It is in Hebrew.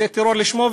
זה טרור לשמו,